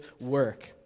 work